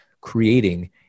creating